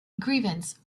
grievance